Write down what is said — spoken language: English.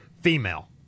female